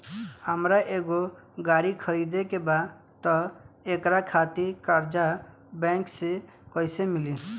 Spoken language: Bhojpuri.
हमरा एगो गाड़ी खरीदे के बा त एकरा खातिर कर्जा बैंक से कईसे मिली?